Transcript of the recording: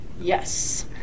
yes